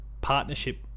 partnership